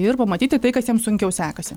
ir pamatyti tai kas jiems sunkiau sekasi